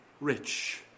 rich